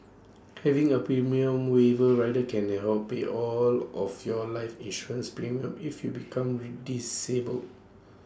having A premium waiver rider can they help pay all of your life insurance premiums if you become disabled